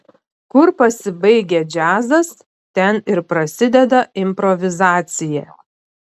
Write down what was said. kur pasibaigia džiazas ten ir prasideda improvizacija